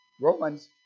Romans